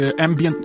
ambient